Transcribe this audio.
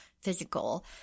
physical